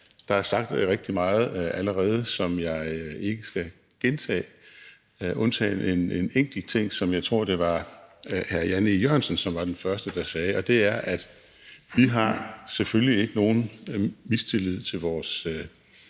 Der er sagt rigtig meget allerede, som jeg ikke skal gentage, undtagen en enkelt ting, som jeg tror hr. Jan E. Jørgensen var den første der sagde. Og det er, at vi selvfølgelig ikke har nogen mistillid til vores